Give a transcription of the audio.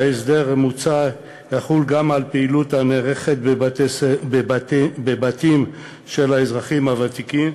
ההסדר המוצע יחול גם על פעילות הנערכת בבתים של האזרחים הוותיקים,